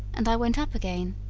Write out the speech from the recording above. and i went up again.